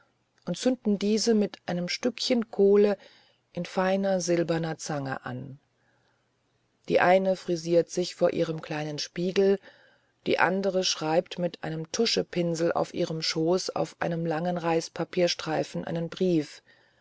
und zünden diese mit einem stückchen kohle in feiner silberner zange an die eine frisiert sich vor ihrem kleinen spiegel die andere schreibt mit einem tuschepinsel auf ihrem schoß auf einem langen reispapierstreifen einen brief